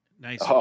Nice